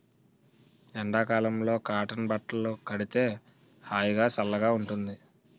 ఎండ కాలంలో కాటన్ బట్టలు కడితే హాయిగా, సల్లగా ఉంటుంది